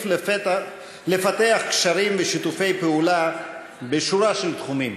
לפתח קשרים ושיתופי פעולה בשורה של תחומים,